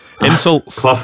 insults